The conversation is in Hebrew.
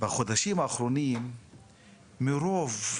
בחודשים האחרונים מרוב לאומנות,